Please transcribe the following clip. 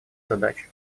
задач